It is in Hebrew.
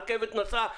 הרכבת נסעה,